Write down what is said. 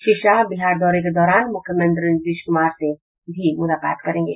श्री शाह बिहार दौरे के दौरान मुख्यमंत्री नीतीश कुमार से मुलाकात करेंगे